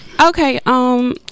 Okay